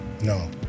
No